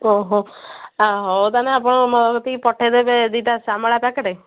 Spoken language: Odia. ଓହୋ ଆପଣ ତାହେଲେ ମୋ କତିକି ପଠେଇଦେବେ ଦୁଇ'ଟା ସାମଳା ପ୍ୟାକେଟ୍